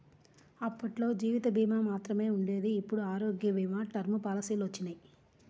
అప్పట్లో జీవిత భీమా మాత్రమే ఉండేది ఇప్పుడు ఆరోగ్య భీమా, టర్మ్ పాలసీలొచ్చినియ్యి